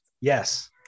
Yes